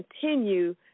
continue